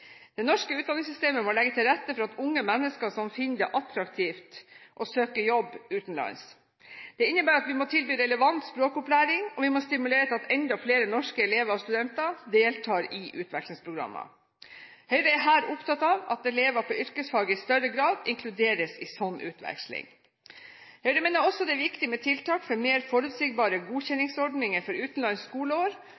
Det norske utdanningssystemet må legge til rette for at unge mennesker finner det attraktivt å søke jobb utenlands. Det innebærer at vi må tilby relevant språkopplæring, og vi må stimulere til at enda flere norske elever og studenter deltar i utvekslingsprogrammer. Høyre er her opptatt av at elever på yrkesfag i større grad inkluderes i slik utveksling. Høyre mener også at det er viktig med tiltak for mer forutsigbare